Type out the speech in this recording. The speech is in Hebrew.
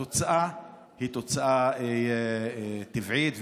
התוצאה היא תוצאה טבעית,